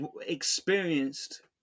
experienced